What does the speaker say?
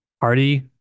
party